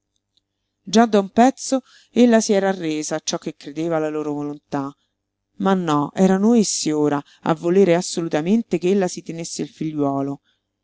già da un pezzo ella si era arresa a ciò che credeva la loro volontà ma no erano essi ora a volere assolutamente che ella si tenesse il figliuolo